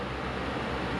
true true